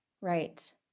right